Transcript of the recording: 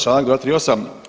Članak 238.